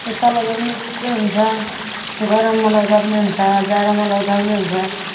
यो चलाउँदा पनि सबै हुन्छ गरममा लाउँदा पनि हुन्छ जाडोमा लाउँदा पनि हुन्छ